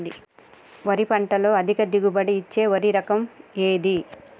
వరి పంట లో అధిక దిగుబడి ఇచ్చే వరి రకం ఏది?